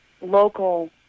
local